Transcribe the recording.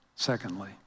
Secondly